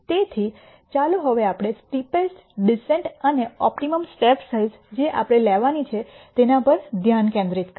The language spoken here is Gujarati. તેથી ચાલો હવે આપણે સ્ટીપેસ્ટ ડિસેન્ટ અને ઓપ્ટિમમ સ્ટેપ સાઈઝ જે આપણે લેવાની છે તેના પર ધ્યાન કેન્દ્રિત કરીએ